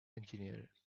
engineers